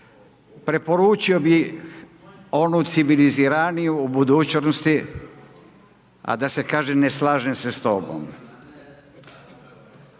Preporučio onu civiliziraniju u budućnosti a da se kaže ne slažem se s tobom.